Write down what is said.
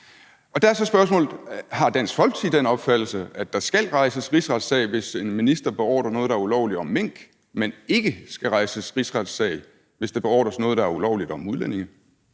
Der er så spørgsmålet: Har Dansk Folkeparti den opfattelse, altså at der skal rejses rigsretssag, hvis en minister beordrer noget, der er ulovligt, om mink, men at der ikke skal rejses rigsretssag, hvis der beordres noget, der er ulovligt, om udlændinge?